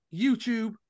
YouTube